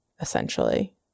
essentially